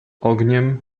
ogniem